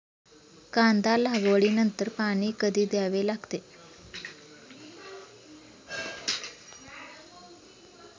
कांदा लागवडी नंतर पाणी कधी द्यावे लागते?